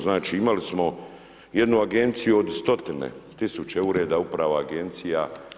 Znači, imali smo jednu Agenciju od stotine, tisuće ureda, uprava, agencija.